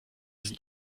sind